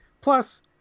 Plus